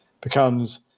becomes